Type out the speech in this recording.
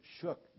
shook